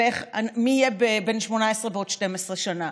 ומי יהיה בן 18 בעוד 12 שנה